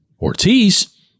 Ortiz